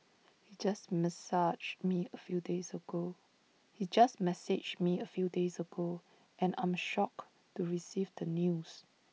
he just messaged me A few days ago he just messaged me A few days ago and I am shocked to receive the news